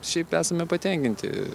šiaip esame patenkinti